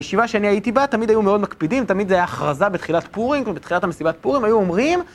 בישיבה שאני הייתי בה, תמיד היו מאוד מקפידים, תמיד זו הייתה הכרזה בתחילת פורים, בתחילת המסיבת פורים היו אומרים